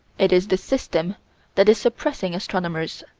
it is the system that is suppressing astronomers.